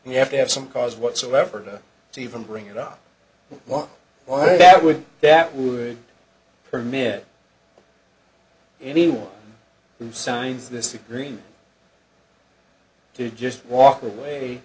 you have to have some cause whatsoever to even bring it up why why that would that would permit anyone who signs this agreement to just walk away